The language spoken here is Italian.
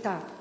da